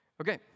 Okay